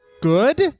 Good